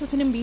എസിനും B